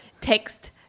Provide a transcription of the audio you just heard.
text